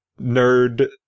nerd